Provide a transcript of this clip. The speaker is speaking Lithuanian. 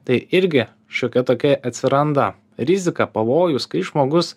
tai irgi šiokia tokia atsiranda rizika pavojus kai žmogus